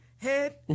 Head